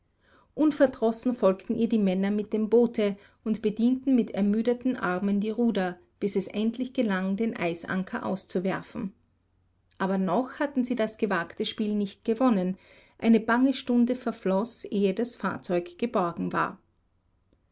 unverdrossen folgten ihr die männer mit dem boote und bedienten mit ermüdeten armen die ruder bis es endlich gelang den eisanker auszuwerfen aber noch hatten sie das gewagte spiel nicht gewonnen eine bange stunde verfloß ehe das fahrzeug geborgen war